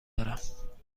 دارم